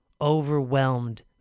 overwhelmed